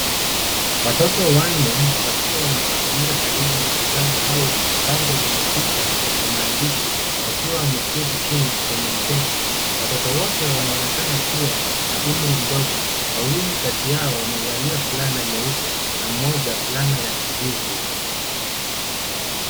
Watoto wanne wakiwa wamekusanyika karibu na kitabu au bango lenye picha na maandishi wakiwa wameketi chini kwenye mkeka. Watoto wote wanaoenekana kuwa na umri mdogo. Wawili kati yao wamevalia fulana nyeupe na mmoja fulana ya kijivu.